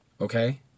okay